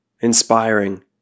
inspiring